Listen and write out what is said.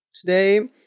today